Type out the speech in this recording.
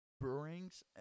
Brewings